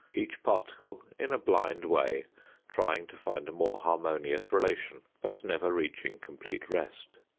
each particle in a blind way trying to find a more harmonious relation, but never reaching complete rest.